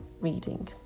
reading